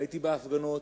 הייתי בהפגנות.